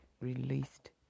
released